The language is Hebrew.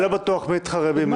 אני לא בטוח מי יתחרה במי.